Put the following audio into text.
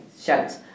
shouts